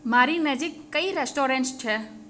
મારી નજીક કઈ રેસ્ટોરન્ટસ છે